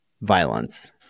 violence